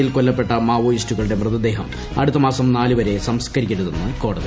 അട്ടപ്പാടിയിൽ കൊല്ലപ്പെട്ട മാവോയിസ്റ്റുകളുടെ മൃതദേഹം അടുത്ത മാസം നാല് വരെ സംസ് കരിക്കരുതെന്ന് കോടതി